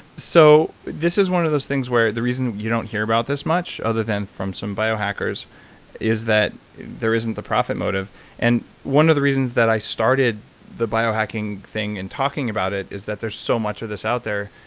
so this is one of those things where the reason you don't hear about this much other than from bio hackers is that there isn't a profit motive. and one of the reasons that i started the bio-hacking thing and talking about it is that there's so much of this out there.